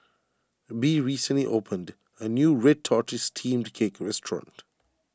Bea recently opened a new Red Tortoise Steamed Cake Restaurant